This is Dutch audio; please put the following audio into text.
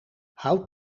hout